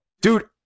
dude